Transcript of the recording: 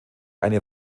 eine